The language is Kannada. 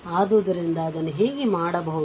ಆದ್ದರಿಂದ ಅದನ್ನು ಹೇಗೆ ಮಾಡುವುದು